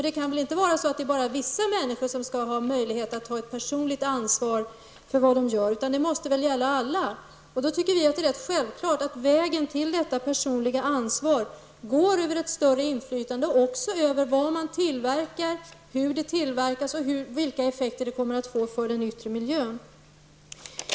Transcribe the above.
Det kan inte bara vara vissa människor som skall ha möjlighet att ta ett personligt ansvar för vad de gör. Det måste väl gälla alla. Vi i vänsterpartiet tycker att det är självklart att vägen till det personliga ansvaret går över ett större inflytande också över vad man tillverkar, hur det tillverkas och vilka effekter det får för den yttre miljön.